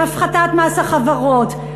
מהפחתת מס החברות,